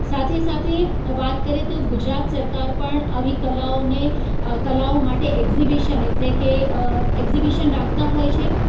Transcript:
સાથે સાથે વાત કરીએ તો ગુજરાત સરકાર પણ આવી કલાઓને કલાઓ માટે એક્ઝિબિશન એટલે કે એક્ઝિબિશન રાખતા હોય છે